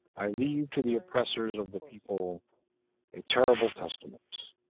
i leave to the oppressors of the people a terrible testament,